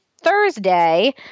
thursday